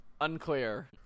Unclear